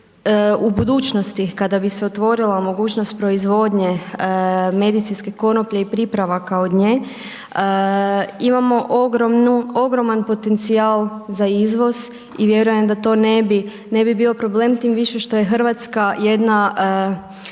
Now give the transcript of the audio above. u budućnosti kada bi se otvorila mogućnost proizvodnje medicinske konoplje i pripravaka od nje, imamo ogroman potencijal za izvoz i vjerujem da to ne bi, ne bi bio problem tim više što je RH jedna